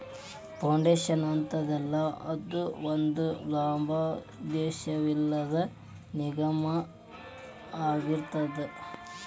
foundation ಅಂತದಲ್ಲಾ, ಅದು ಒಂದ ಲಾಭೋದ್ದೇಶವಿಲ್ಲದ್ ನಿಗಮಾಅಗಿರ್ತದ